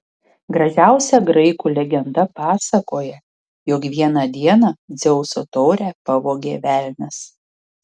gražiausia graikų legenda pasakoja jog vieną dieną dzeuso taurę pavogė velnias